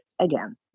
again